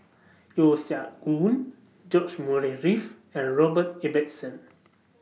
Yeo Siak Goon George Murray Reith and Robert Ibbetson